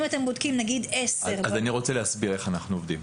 אם אתם בודקים למשל עשרה --- אני רוצה להסביר איך אנחנו עובדים,